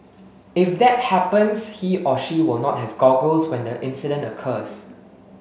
if that happens he or she will not have goggles when the incident occurs